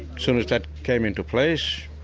soon as that came into place,